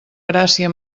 gràcia